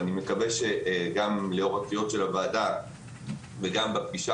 אני מקווה שגם לאור הקריאות של הוועדה וגם בפגישה